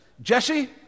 Jesse